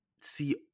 see